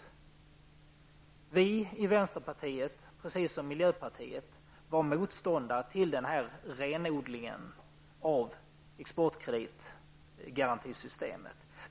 Vi i vänsterpartiet, precis som miljöpartiet, var motståndare till den renodlingen av exportkreditgarantisystemet.